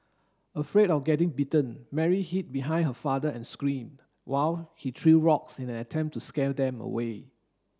afraid of getting bitten Mary hid behind her father and scream while he threw rocks in an attempt to scare them away